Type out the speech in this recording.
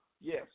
Yes